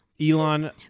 Elon